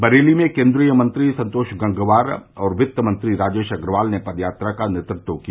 बरेली में केन्द्रीय मंत्री संतोष गंगवार और वित्तमंत्री राजेश अग्रवाल ने पदयात्रा का नेतृत्व किया